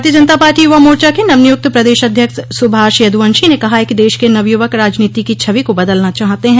भारतोय जनता पार्टी युवा मोर्चा के नव नियुक्त प्रदेश अध्यक्ष सुभाष यदुवंशी ने कहा है कि देश के नवयुवक राजनीति की छवि को बदलना चाहते हैं